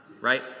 right